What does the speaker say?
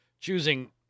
choosing